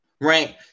right